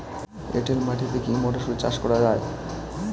এটেল মাটিতে কী মটরশুটি চাষ করা য়ায়?